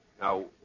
Now